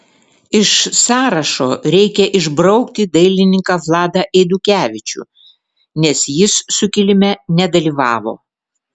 iš sąrašo reikia išbraukti dailininką vladą eidukevičių nes jis sukilime nedalyvavo